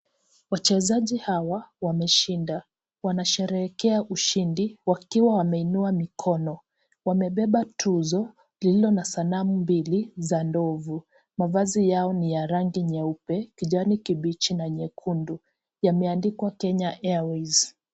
Wachezaji Hawa wameshinda wanasherehekea ushindi wakiwa wameinua mikono wamebeba tuzo lililo na sanamu mbili za ndovi, mavazi yao ni ya rangi nyeupe kijani kibichi na nyekundu yameandikwa Kenya Airways.